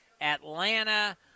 Atlanta